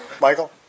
Michael